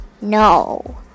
No